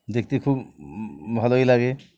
দেখতে খুব ভালোই লাগে